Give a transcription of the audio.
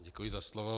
Děkuji za slovo.